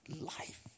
Life